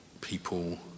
people